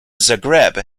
zagreb